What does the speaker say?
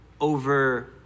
over